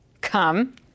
come